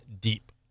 deep